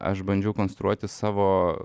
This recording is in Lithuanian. aš bandžiau konstruoti savo